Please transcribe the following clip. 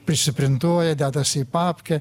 prisiprintuoja dedasi į papkę